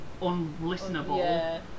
unlistenable